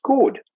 good